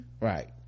Right